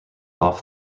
off